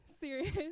serious